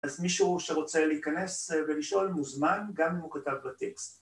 ‫אז מישהו שרוצה להיכנס ולשאול, ‫מוזמן גם אם הוא כתב בטקסט.